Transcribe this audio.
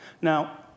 Now